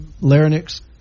larynx